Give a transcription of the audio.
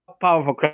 powerful